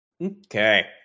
Okay